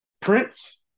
Prince